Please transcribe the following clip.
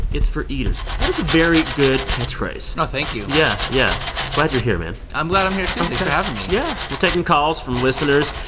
it's for eaters. that is a very good catchphrase oh, thank you yeah, yeah glad you're here, man i'm glad i'm here, too. thanks for having me yeah. we're taking calls from listeners,